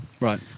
Right